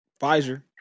Pfizer